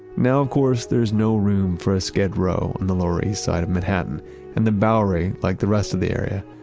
now, of course, there's no room for a skid row in the lower east side of manhattan and the bowery, like the rest of the area,